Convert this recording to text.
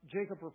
Jacob